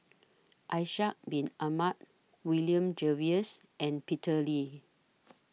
Ishak Bin Ahmad William Jervois and Peter Lee